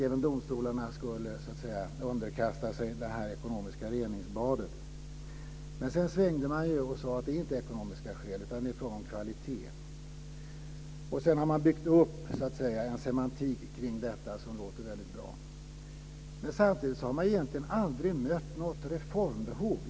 Även domstolarna skulle då underkasta sig det ekonomiska reningsbadet. Men sedan svängde man och sade att det inte var ekonomiska skäl utan en fråga om kvalitet. Sedan har man byggt upp en semantik kring detta som låter väldigt bra. Men samtidigt har man egentligen aldrig mött något reformbehov.